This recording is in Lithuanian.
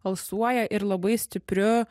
alsuoja ir labai stipriu